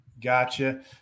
Gotcha